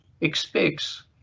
expects